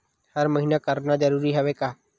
हर महीना करना जरूरी हवय का?